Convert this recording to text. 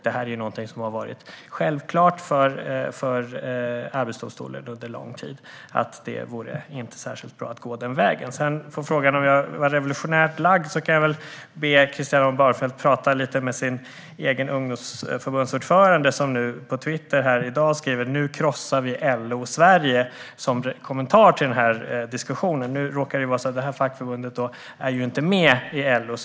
Detta är någonting som har varit självklart för Arbetsdomstolen under lång tid att det inte vore särskilt bra att gå den vägen. På frågan om jag var revolutionärt lagd kan jag som svar be Christian Holm Barenfeld att tala lite med sin egen ungdomsförbundsordförande som på Twitter i dag skriver: "Nu krossar vi LO-Sverige", som kommentar till diskussionen. Nu råkar det vara så att detta fackförbund inte är med i LO.